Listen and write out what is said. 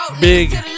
big